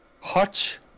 Hutch